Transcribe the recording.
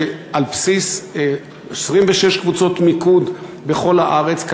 שעל בסיס 26 קבוצות מיקוד בכל הארץ,